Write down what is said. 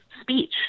speech